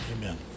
Amen